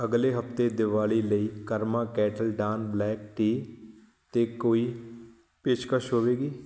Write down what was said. ਅਗਲੇ ਹਫ਼ਤੇ ਦੀਵਾਲੀ ਲਈ karma kettle dawn black tea 'ਤੇ ਕੋਈ ਪੇਸ਼ਕਸ਼ ਹੋਵੇਗੀ